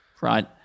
right